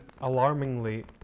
alarmingly